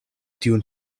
tiun